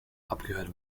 abgehört